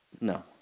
No